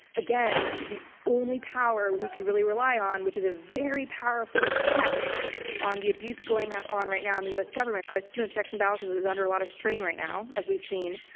again, the only power we could really rely on, which is a very powerful check on the abuse going on on right now in the us government our system of checks and balances is under a lot of strain right now, as we've seen,